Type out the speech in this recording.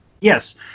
Yes